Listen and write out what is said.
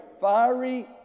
fiery